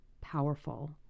powerful